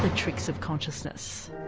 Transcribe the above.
tricks of consciousness.